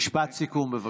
משפט סיכום, בבקשה.